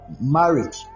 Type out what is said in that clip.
marriage